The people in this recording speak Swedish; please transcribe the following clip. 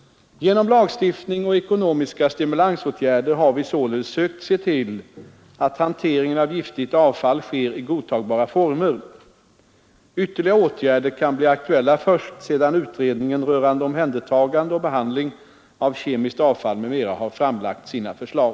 Genom lagstiftning och ekonomiska stimulansåtgärder har vi således sökt se till att hanteringen av giftigt avfall sker i godtagbara former. Ytterligare åtgärder kan bli aktuella först sedan utredningen rörande omhändertagande och behandling av kemiskt avfall m. m, har framlagt sina förslag.